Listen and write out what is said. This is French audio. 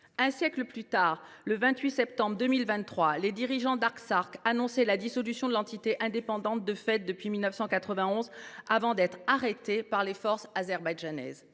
Un siècle plus tard, le 28 septembre 2023, les dirigeants de l’Artsakh annonçaient la dissolution de l’entité indépendante de fait depuis 1991, avant d’être arrêtés par les forces azerbaïdjanaises.